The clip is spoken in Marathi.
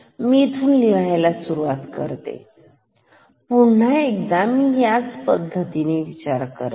मी इथून लिहायला सुरुवात करतो पुन्हा एकदा मी त्याच पद्धतीने विचार करतो